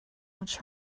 much